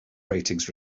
ratings